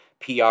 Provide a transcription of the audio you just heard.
PR